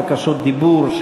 בקשות דיבור,